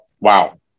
Wow